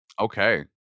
okay